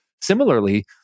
Similarly